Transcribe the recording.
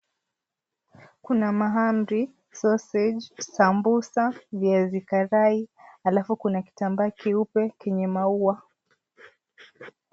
Kuna mahamri, sausage ,sambusa, viazi karai, alafu kuna kitambaa keupe kenye maua.